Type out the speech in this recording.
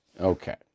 Okay